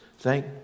Thank